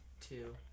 Two